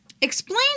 Explain